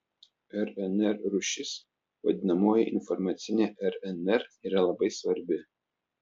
rnr rūšis vadinamoji informacinė rnr yra labai svarbi